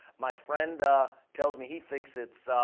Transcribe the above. my friend tells me he thinks it's,